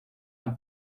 han